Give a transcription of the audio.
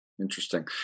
Interesting